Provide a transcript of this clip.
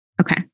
Okay